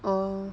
orh